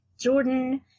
Jordan